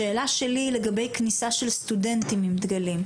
השאלה שלי היא לגבי כניסה של סטודנטים גם דגלים.